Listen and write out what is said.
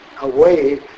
away